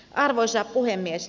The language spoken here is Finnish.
arvoisa puhemies